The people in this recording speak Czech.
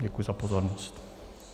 Děkuji za pozornost.